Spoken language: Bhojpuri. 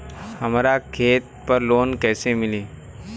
हमरा खेत पर लोन कैसे मिली?